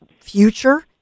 future